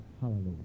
hallelujah